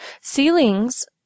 Ceilings